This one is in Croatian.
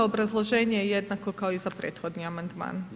Obrazloženje je jednako kao i za prethodni amandman.